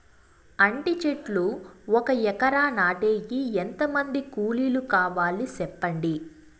అంటి చెట్లు ఒక ఎకరా నాటేకి ఎంత మంది కూలీలు కావాలి? సెప్పండి?